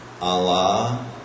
Allah